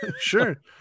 Sure